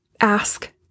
ask